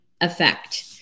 effect